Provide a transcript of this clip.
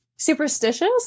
superstitious